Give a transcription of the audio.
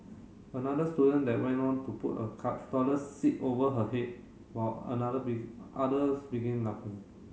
another student that went on to put a toilet seat over her head while another others began laughing